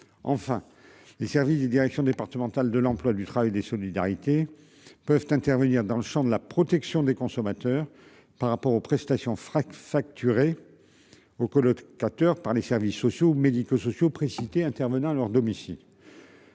Enfin, les services des directions départementales de l'emploi, du travail et des solidarités peuvent intervenir dans le Champ de la protection des consommateurs par rapport aux prestations Frac facturés. Au 4h par les services sociaux ou médico-sociaux précités intervenant à leur domicile.